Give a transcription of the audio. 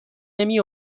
نمی